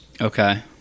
Okay